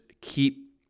keep